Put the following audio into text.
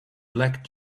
black